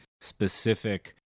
specific